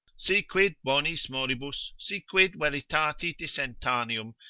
si quid bonis moribus, si quid veritati dissentaneum,